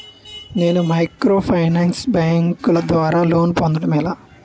నేను మైక్రోఫైనాన్స్ బ్యాంకుల ద్వారా లోన్ పొందడం ఎలా?